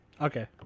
Okay